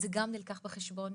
וזה גם נלקח בחשבון,